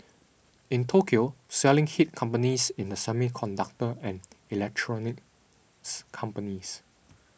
in Tokyo selling hit companies in the semiconductor and electronics companies